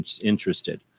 interested